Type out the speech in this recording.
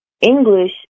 English